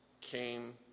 came